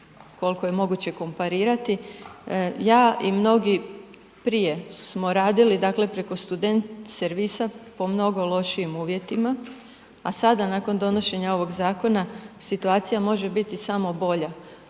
koliko je moguće komparirati, ja i mnogi prije smo radili dakle preko student servisa po mnogo lošijim uvjetima, a sada nakon donošenja ovog zakona situacija može biti samo bolja.